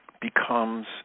becomes